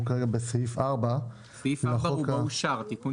אנחנו כרגע בסעיף 4. סעיף 4 כבר אושר,